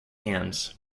hands